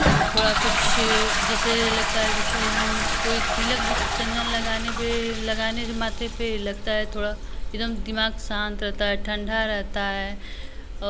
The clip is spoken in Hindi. कि थोड़ा कुछ जैसे लगता है कि एकदम कोई तिलक भी चन्दन लगाने पर लगाने से माथे पर लगता है थोड़ा एकदम दिमाग शान्त रहता है ठण्डा रहता है